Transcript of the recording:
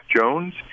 Jones